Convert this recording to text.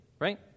right